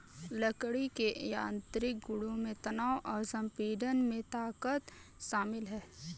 लकड़ी के यांत्रिक गुणों में तनाव और संपीड़न में ताकत शामिल है